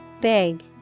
Big